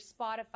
Spotify